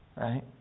Right